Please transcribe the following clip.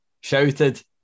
shouted